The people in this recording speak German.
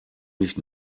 nicht